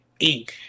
Inc